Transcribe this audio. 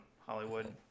Hollywood